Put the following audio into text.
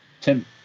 Tim